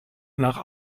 nach